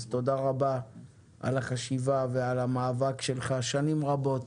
אז תודה רבה על החשיבה ועל המאבק שלך במשך שנים רבות.